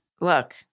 Look